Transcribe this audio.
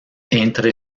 entre